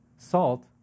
Salt